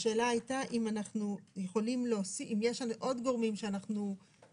השאלה הייתה אם יש לנו עוד גורמים ברגע